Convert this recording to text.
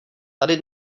tady